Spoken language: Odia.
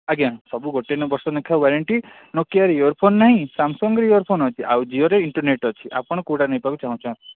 ଆଜ୍ଞା ସବୁ ଗୋଟେ ବର୍ଷ ଲେଖାଏଁ ୱାରେଣ୍ଟି ନୋକିଆର ଇୟର୍ ଫୋନ୍ ନାହିଁ ସାମସଙ୍ଗ୍ର ଇୟର୍ ଫୋନ୍ ଅଛି ଆଉ ଜିଓରେ ଇଣ୍ଟରନେଟ୍ ଅଛି ଆପଣ କେଉଁଟା ନେବାକୁ ଚାହୁଁଛନ୍ତି